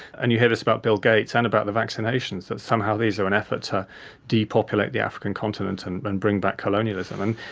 and you hear this about bill gates and about the vaccinations that somehow these are an effort to depopulate the african continent and and bring back colonialism. and